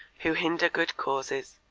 who hinder good causes,